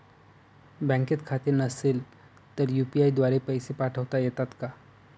बँकेत खाते नसेल तर यू.पी.आय द्वारे पैसे पाठवता येतात का?